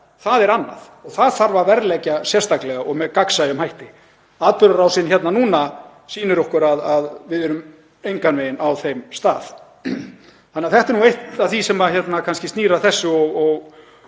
er annað. Það þarf að verðleggja sérstaklega og með gagnsæjum hætti. Atburðarásin hérna núna sýnir okkur að við erum engan veginn á þeim stað. Þetta er nú eitt af því sem kannski snýr að þessu og